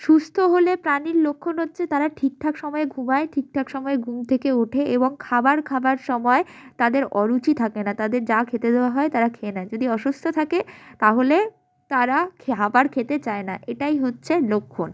সুস্থ হলে প্রাণীর লক্ষণ হচ্ছে তারা ঠিকঠাক সময় ঘুমায় ঠিকঠাক সময়ে ঘুম থেকে ওঠে এবং খাবার খাওয়ার সময় তাদের অরুচি থাকে না তাদের যা খেতে দেওয়া হয় তারা খেয়ে নেয় যদি অসুস্থ থাকে তাহলে তারা খাবার খেতে চায় না এটাই হচ্ছে লক্ষণ